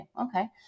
okay